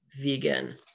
vegan